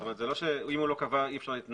זה לא שאם הוא לא קבע, אי אפשר להתנהל.